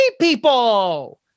people